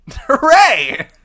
hooray